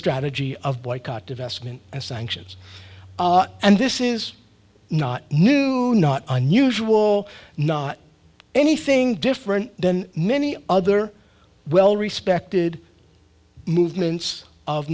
strategy of boycott divestment and sanctions and this is not new not unusual not anything different then many other well respected movements of